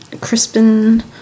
Crispin